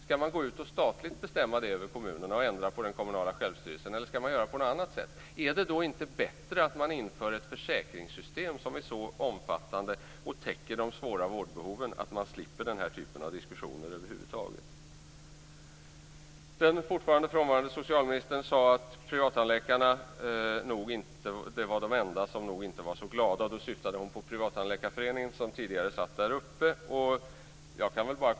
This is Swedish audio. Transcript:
Skall man statligt bestämma över kommunerna och ändra på den kommunala självstyrelsen, eller skall man göra på något annat sätt? Är det inte bättre att införa ett försäkringssystem som är så omfattande när det gäller att täcka de svåra vårdbehoven att man över huvud taget slipper den här typen av diskussioner? Den fortfarande frånvarande socialministern sade att privattandläkarna nog är de enda som inte är så glada. Hon syftade då på Privattandläkarföreningen, vars företrädare tidigare satt uppe på läktaren.